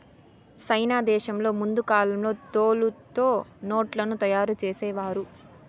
సైనా దేశంలో ముందు కాలంలో తోలుతో నోట్లను తయారు చేసేవారు